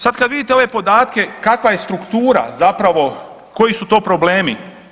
Sad kad vidite ove podatke kakva je struktura zapravo koji su to problemi.